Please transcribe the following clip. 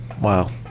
Wow